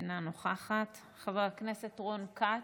אינה נוכחת, חבר הכנסת רון כץ,